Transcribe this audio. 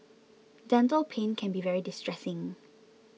dental pain can be very distressing